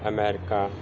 America